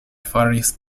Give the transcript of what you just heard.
faris